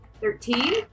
Thirteen